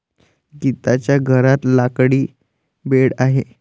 गीताच्या घरात लाकडी बेड आहे